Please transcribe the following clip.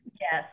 Yes